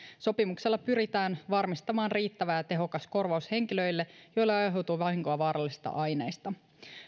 sopimuksella pyritään varmistamaan riittävä ja tehokas korvaus henkilöille joille aiheutuu vahinkoa vaarallisista aineista